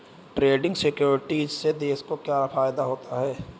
Trading securities से देश को क्या फायदा होता है?